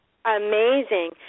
Amazing